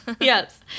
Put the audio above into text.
Yes